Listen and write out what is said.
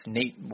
Nate